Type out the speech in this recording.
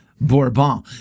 Bourbon